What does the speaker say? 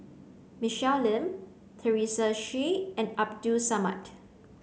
Michelle Lim Teresa Hsu and Abdul Samad